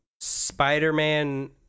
spider-man